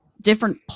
different